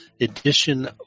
edition